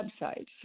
websites